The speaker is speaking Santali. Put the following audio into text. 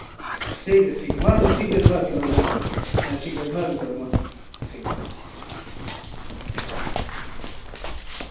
ᱴᱷᱤᱠᱜᱮᱭᱟ ᱴᱷᱤᱠᱜᱮᱭᱟ ᱦᱮᱸ ᱢᱟ ᱛᱚᱵᱮ ᱴᱷᱤᱠᱜᱮᱭᱟ ᱦᱮᱸ ᱡᱚᱦᱟᱨᱜᱮ ᱦᱮᱸ ᱴᱷᱤᱠᱜᱮᱭᱟ ᱦᱮᱸ ᱴᱷᱤᱠᱜᱮᱭᱟ ᱡᱚᱦᱟᱨᱜᱮ ᱛᱟᱞᱦᱮ ᱢᱟ ᱴᱷᱤᱠ